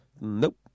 Nope